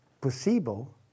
placebo